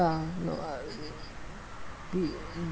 no a~ l~ mm